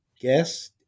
guest